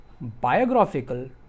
biographical